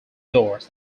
doors